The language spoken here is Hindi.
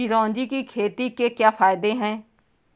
चिरौंजी की खेती के क्या फायदे हैं?